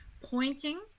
pointing